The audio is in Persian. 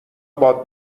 باد